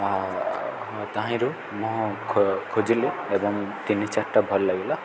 ଆ ତାହିଁରୁ ମୁଁ ଖୋଜିଲି ଏବଂ ତିନି ଚାରିଟା ଭଲ ଲାଗିଲା